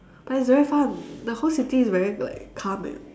but it's very fun the whole city is very like calm and